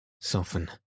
Soften